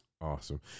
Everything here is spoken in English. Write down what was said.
Awesome